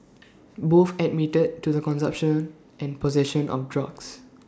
both admitted to the consumption and possession of drugs